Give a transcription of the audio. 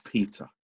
Peter